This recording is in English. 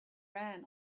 ran